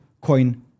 coin